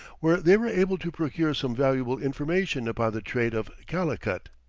where they were able to procure some valuable information upon the trade of calicut.